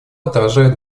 отражают